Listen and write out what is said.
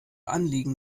anliegen